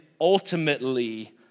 ultimately